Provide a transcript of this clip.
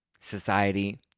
society